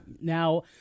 Now –